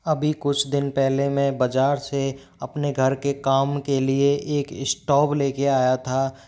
अभी कुछ दिन पहले मैं बजार से अपने घर के काम के लिए एक इस्टॉव लेके आया था